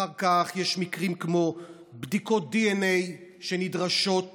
אחר כך יש מקרים כמו בדיקות דנ"א שנדרשות מעולים,